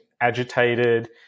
agitated